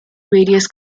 various